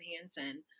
Hansen